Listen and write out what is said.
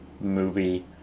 movie